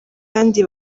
kandi